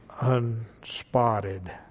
unspotted